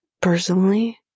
Personally